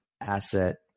asset